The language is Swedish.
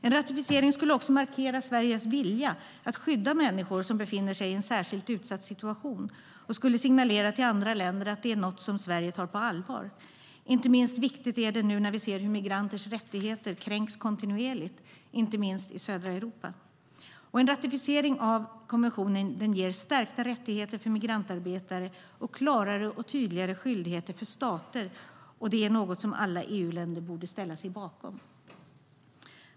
En ratificering skulle också markera Sveriges vilja att skydda människor som befinner sig i en särskilt utsatt situation och skulle signalera till andra länder att det är något Sverige tar på allvar. Inte minst viktigt är det nu när vi ser hur migranters rättigheter kränks kontinuerligt, inte minst i södra Europa. En ratificering av konventionen ger stärkta rättigheter för migrantarbetare samt klarare och tydligare skyldigheter för stater, och det är något alla EU-länder borde ställa sig bakom.